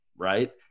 Right